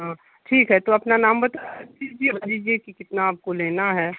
हाँ ठीक है तो अपना नाम बता दीजिए बता दीजिए कि कितना आपको लेना है